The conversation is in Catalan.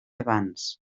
abans